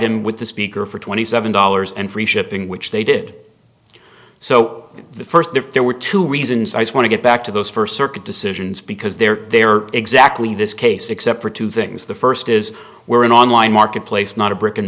him with the speaker for twenty seven dollars and free shipping which they did so the first day there were two reasons i want to get back to those first circuit decisions because they're they're exactly this case except for two things the first is we're an online marketplace not a brick and